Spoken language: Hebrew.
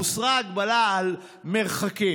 הוסרה ההגבלה על מרחקים.